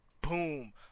boom